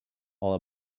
while